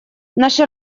наша